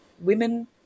women